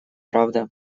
правда